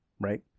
right